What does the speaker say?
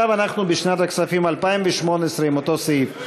עכשיו אנחנו בשנת הכספים 2018 עם אותו סעיף.